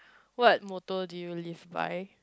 what motto do you live by